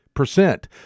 percent